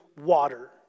water